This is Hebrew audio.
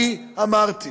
אני אמרתי